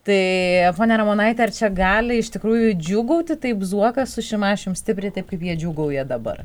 tai ponia ramonaite ar čia gali iš tikrųjų džiūgauti taip zuokas su šimašiumi stipriai taip jie džiūgauja dabar